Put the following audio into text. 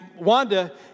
Wanda